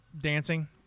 dancing